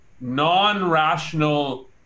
non-rational